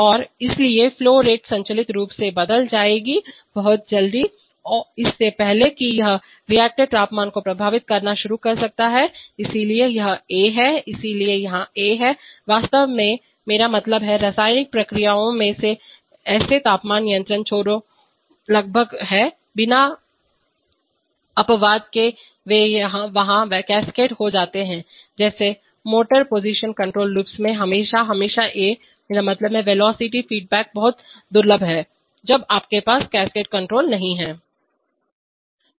और इसलिए flow rate स्वचालित रूप से बदल जाएगी बहुत जल्दी इससे पहले कि यह रिएक्टर तापमान को प्रभावित करना शुरू कर सकता है इसलिए यह a है इसलिए यहां a है वास्तव में मेरा मतलब है रासायनिक प्रक्रियाओं में ऐसे तापमान नियंत्रण छोरों लगभग हैं बिना अपवाद के वे वहाँ कैस्केड हो जाते हैं जैसे मोटर पोजिशन कंट्रोल लूप्स में हमेशा हमेशा a मेरा मतलब है वेलोसिटी फीडबैक बहुत दुर्लभ है जब आपके पास कैस्केड कंट्रोल नहीं होता है